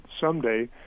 someday –